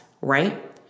right